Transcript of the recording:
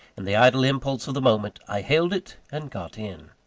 in the idle impulse of the moment, i hailed it, and got in.